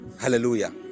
Hallelujah